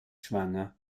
schwanger